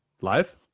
Live